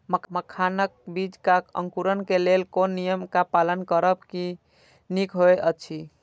मखानक बीज़ क अंकुरन क लेल कोन नियम क पालन करब निक होयत अछि?